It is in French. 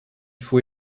faut